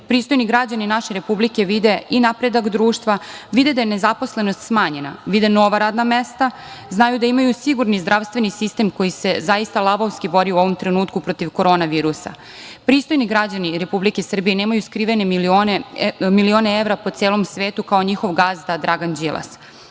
Pristojni građani naše Republike vide i napredak društva, vide da je nezaposlenost smanjena, vide nova radna mesta, znaju da imaju sigurni zdravstveni sistem koji se zaista lavovski bori u ovom trenutku protiv korona virusa. Pristojni građani Republike Srbije nemaju skrivene milione evra po celom svetu kao njihov gazda Dragan Đilas.